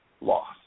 Loss